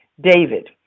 David